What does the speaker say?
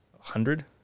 hundred